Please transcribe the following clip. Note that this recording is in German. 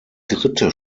dritte